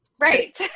Right